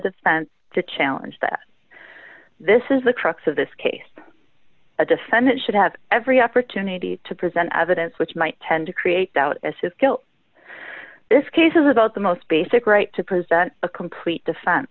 defense to challenge that this is the crux of this case a defendant should have every opportunity to present evidence which might tend to create doubt as his guilt this case is about the most basic right to present a complete defen